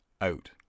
out